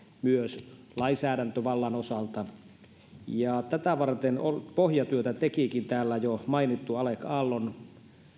myös lainsäädäntövallan osalta tätä varten pohjatyötä tekikin täällä jo mainittu alec aallon